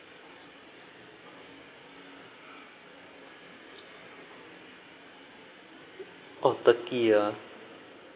oh turkey ah